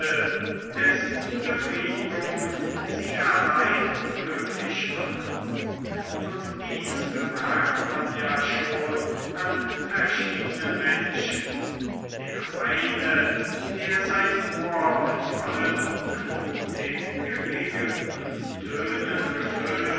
dessen befriedigung sie allein glücklich macht und dies bemerkt man ja schon an verschiedenen menschen der eine der sein ohr mit vollen anmutig geregelten tönen gefüllt